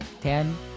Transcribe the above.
Ten